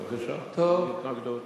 בבקשה, אין התנגדות.